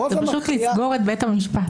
זה פשוט לסגור את בית המשפט.